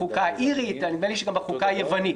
בחוקה האירית ונדמה לי שגם בחוקה היוונית.